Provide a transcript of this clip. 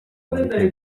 mureke